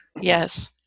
Yes